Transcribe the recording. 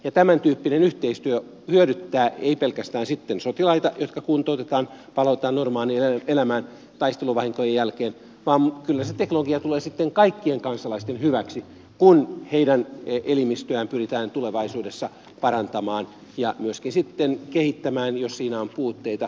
tämän tyyppinen yhteistyö hyödyttää ei pelkästään sotilaita jotka kuntoutetaan palautetaan normaaliin elämään taisteluvahinkojen jälkeen vaan kyllä se teknologia tulee sitten kaikkien kansalaisten hyväksi kun heidän elimistöään pyritään tulevaisuudessa parantamaan ja myöskin sitten kehittämään jos siinä on puutteita